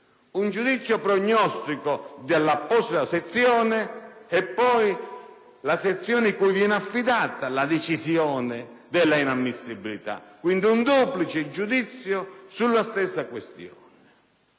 un giudizio prognostico dell'apposita sezione e uno della sezione cui viene affidata la decisione dell'inammissibilità. Quindi - ripeto - un duplice giudizio sulla stessa questione.